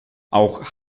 auch